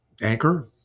Anchor